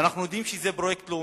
ואנחנו יודעים שזה פרויקט לאומי.